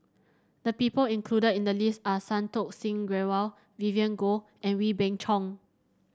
the people included in the list are Santokh Singh Grewal Vivien Goh and Wee Beng Chong